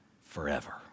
forever